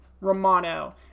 Romano